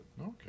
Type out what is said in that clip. Okay